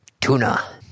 tuna